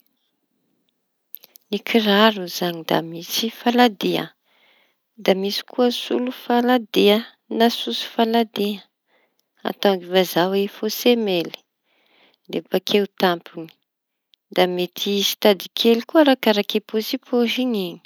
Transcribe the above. Ny kiraro izañy da misy faladia da misy koa solofaladia na sosy faladia atao ivazaha hoe fô semely d bakeo tampony; da mety hisy tady kely koa arakaraky pôzipôziñy.